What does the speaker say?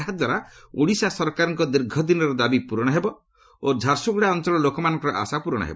ଏହାଦ୍ୱାରା ଓଡ଼ିଶା ସରକାରଙ୍କ ଦୀର୍ଘଦିନର ଦାବି ପୂରଣ ହେବ ଓ ଝାରସୁଗୁଡ଼ା ଅଞ୍ଚଳର ଲୋକମାନଙ୍କର ଆଶା ପ୍ରରଣ ହେବ